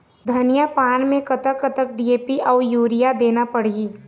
धनिया पान मे कतक कतक डी.ए.पी अऊ यूरिया देना पड़ही?